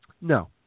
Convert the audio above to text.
No